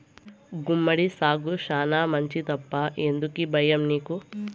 గుమ్మడి సాగు శానా మంచిదప్పా ఎందుకీ బయ్యం నీకు